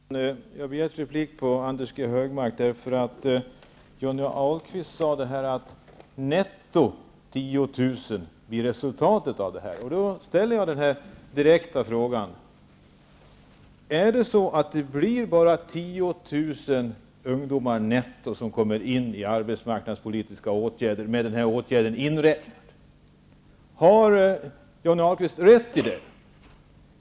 Herr talman! Jag har begärt replik på Anders G. Högmark därför att Johnny Ahlqvist sade att resultatet av denna åtgärd blir 10 000 Har Johnny Ahlqvist rätt i det?